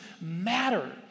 matter